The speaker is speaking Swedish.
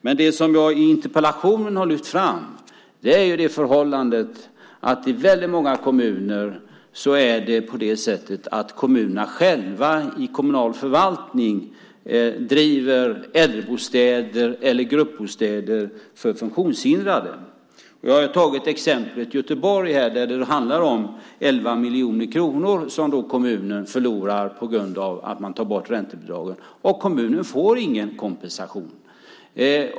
Men det som jag i interpellationen har lyft fram är det förhållandet att väldigt många kommuner själva i kommunal förvaltning driver äldrebostäder eller gruppbostäder för funktionshindrade. Jag har tagit exemplet Göteborg, där det handlar om 11 miljoner kronor som kommunen förlorar på grund av att man tar bort räntebidraget, och kommunen får ingen kompensation.